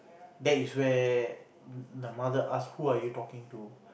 that is where the mother ask who are you talking to